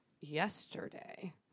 yesterday